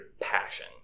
passion